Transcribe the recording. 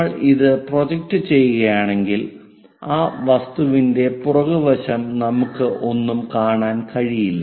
നമ്മൾ ഇത് പ്രൊജക്റ്റ് ചെയ്യുകയാണെങ്കിൽ ആ വസ്തുവിന്റെ പുറകുവശം നമുക്ക് ഒന്നും കാണാൻ കഴിയില്ല